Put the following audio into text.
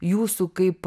jūsų kaip